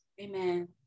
amen